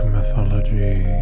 Mythology